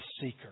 seeker